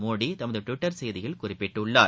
மோடி தமது டுவிட்டர் செய்தியில் குறிப்பிட்டுள்ளார்